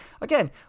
again